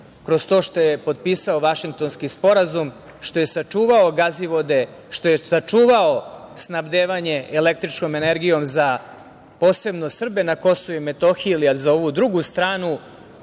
kroz to što je potpisao Vašingtonski sporazum, što je sačuvao Gazivode, što je sačuvao snabdevanje električnom energijom posebno za Srbe na Kosovu i Metohiji, ali i za ovu drugu stranu,